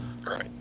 Right